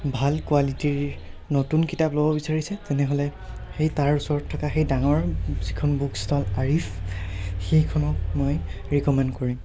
ভাল কোৱালিটিৰ নতুন কিতাপ ল'ব বিচাৰিছে তেনেহ'লে সেই তাৰ ওচৰত থকা সেই ডাঙৰ যিখন বুক ষ্টল আৰিফ সেইখনক মই ৰিক'মেণ্ড কৰিম